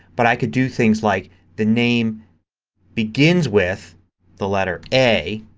but i can do things like the name begins with the letter a